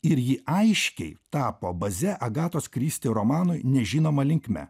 ir ji aiškiai tapo baze agatos kristi romano nežinoma linkme